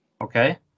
Okay